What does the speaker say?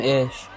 ish